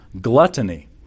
gluttony